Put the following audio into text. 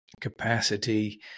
capacity